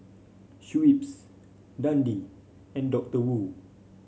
Schweppes Dundee and Doctor Wu